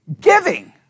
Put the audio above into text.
Giving